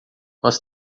nós